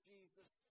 Jesus